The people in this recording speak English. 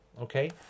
Okay